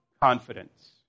confidence